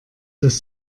dass